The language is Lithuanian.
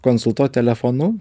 konsultuot telefonu